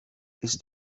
ist